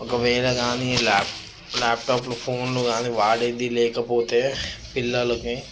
ఒకవేళ కానీ లాప్ లాప్టాప్లు ఫోన్లు కానీ వాడేది లేకపోతే పిల్లలకి